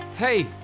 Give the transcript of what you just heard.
Hey